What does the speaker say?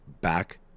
back